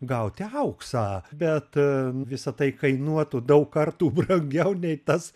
gauti auksą bet visa tai kainuotų daug kartų brangiau nei tas